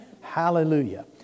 Hallelujah